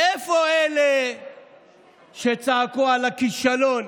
איפה אלה שצעקו על הכישלון